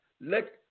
let